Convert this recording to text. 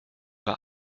war